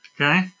Okay